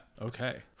Okay